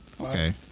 Okay